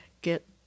get